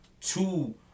Two